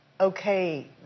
Okay